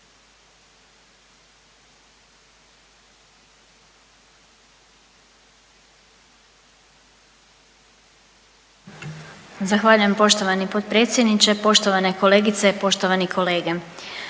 Zahvaljujem poštovani potpredsjedniče, poštovana ministrice, kolegice i kolege.